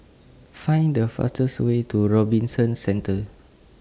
Find The fastest Way to Robinson Centre